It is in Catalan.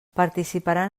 participaran